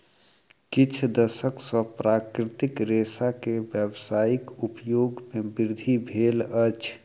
किछ दशक सॅ प्राकृतिक रेशा के व्यावसायिक उपयोग मे वृद्धि भेल अछि